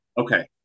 Okay